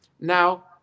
Now